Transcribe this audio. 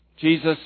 Jesus